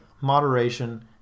moderation